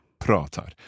Pratar